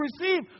receive